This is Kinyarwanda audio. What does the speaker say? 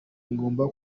ngomba